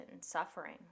suffering